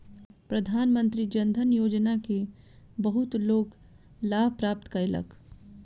प्रधानमंत्री जन धन योजना के बहुत लोक लाभ प्राप्त कयलक